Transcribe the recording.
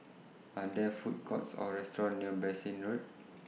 Are There Food Courts Or restaurants near Bassein Road